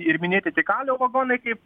ir minėti tie kalio vagonai kaip